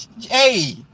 Hey